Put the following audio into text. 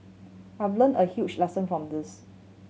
I've learnt a huge lesson from this